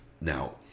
Now